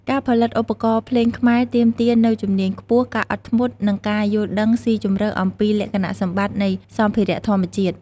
ការផលិតឧបករណ៍ភ្លេងខ្មែរទាមទារនូវជំនាញខ្ពស់ ការអត់ធ្មត់ និងការយល់ដឹងស៊ីជម្រៅអំពីលក្ខណៈសម្បត្តិនៃសម្ភារៈធម្មជាតិ។